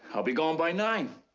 i'll be gone by nine